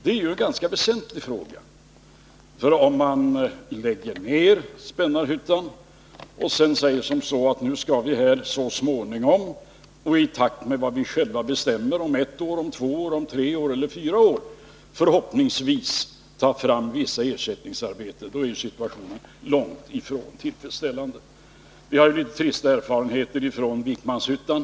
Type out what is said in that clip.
Det är ju en ganska väsentlig fråga, för om man lägger ned Spännarhyttan och sedan säger att nu skall vi så småningom och i takt med vad vi själva bestämmer om ett, två, tre eller fyra år förhoppningsvis ta fram ersättningsarbeten, då är ju situationen långt ifrån tillfredsställande. Vi harlitet trista erfarenheter från Vikmanshyttan.